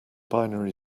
binary